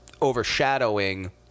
overshadowing